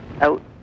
out